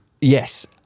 yes